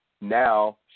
now